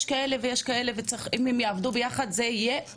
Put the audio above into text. יש כאלה ויש כאלה ואם הם יעבדו ביחד זה יהיה מושלם.